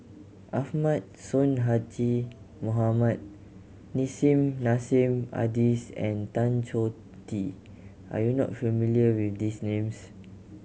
Ahmad Sonhadji Mohamad Nissim Nassim Adis and Tan Choh Tee are you not familiar with these names